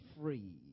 free